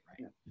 right